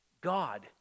God